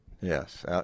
yes